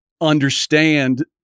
understand